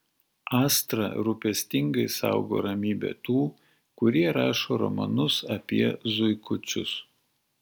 astra rūpestingai saugo ramybę tų kurie rašo romanus apie zuikučius